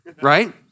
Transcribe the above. right